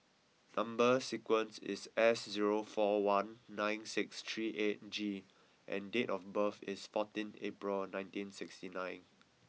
number sequence is S zero four one nine six three eight G and date of birth is forteenth April nineteen sixty nine